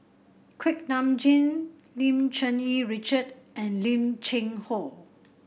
Kuak Nam Jin Lim Cherng Yih Richard and Lim Cheng Hoe